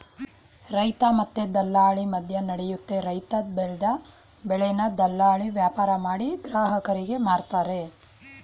ರೈತ ಮತ್ತೆ ದಲ್ಲಾಳಿ ಮದ್ಯನಡಿಯುತ್ತೆ ರೈತ ಬೆಲ್ದ್ ಬೆಳೆನ ದಲ್ಲಾಳಿ ವ್ಯಾಪಾರಮಾಡಿ ಗ್ರಾಹಕರಿಗೆ ಮಾರ್ತರೆ